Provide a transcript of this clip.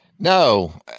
No